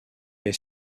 est